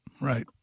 right